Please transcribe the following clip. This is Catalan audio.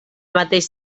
mateix